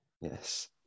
yes